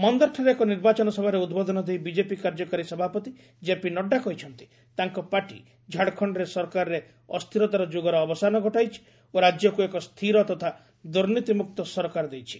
ମନ୍ଦରଠାରେ ଏକ ନିର୍ବାଚନ ସଭାରେ ଉଦ୍ବୋଧନ ଦେଇ ବିଜେପି କାର୍ଯ୍ୟକାରୀ ସଭାପତି ଜେପି ନଡ୍ଡା କହିଛନ୍ତି ତାଙ୍କ ପାର୍ଟି ଝାଡ଼ଖଣ୍ଡରେ ସରକାରରେ ଅସ୍ଥିରତାର ଯୁଗର ଅବସାନ ଘଟାଇଛି ଓ ରାଜ୍ୟକୁ ଏକ ସ୍ଥିର ତଥା ଦୁର୍ନୀତିମୁକ୍ତ ସରକାର ଦେଇଛି